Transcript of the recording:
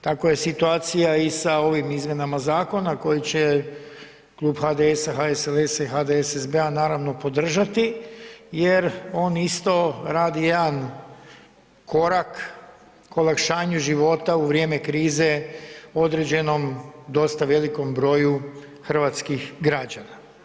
Tako je situacija i sa ovim izmjenama zakona koji će Klub HDS-a, HSLS-a i HDSSB-a naravno podržati jer on isto radi jedan korak k olakšanju života u vrijeme krize određenom, dosta velikom broju hrvatskih građana.